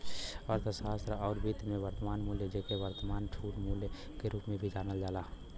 अर्थशास्त्र आउर वित्त में, वर्तमान मूल्य, जेके वर्तमान छूट मूल्य के रूप में भी जानल जाला